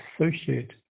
associate